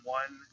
one